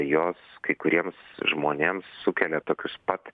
jos kai kuriems žmonėms sukelia tokius pat